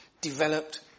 developed